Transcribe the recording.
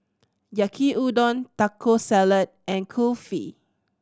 Yaki Udon Taco Salad and Kulfi